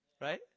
right